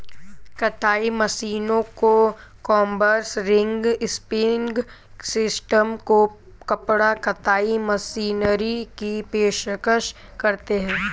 कताई मशीनों को कॉम्बर्स, रिंग स्पिनिंग सिस्टम को कपड़ा कताई मशीनरी की पेशकश करते हैं